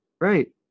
right